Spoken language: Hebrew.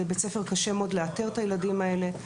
לבית ספר קשה מאוד לאתר את הילדים האלה.